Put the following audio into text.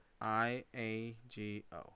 I-A-G-O